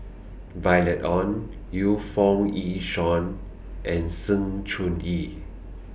Violet Oon Yu Foo Yee Shoon and Sng Choon Yee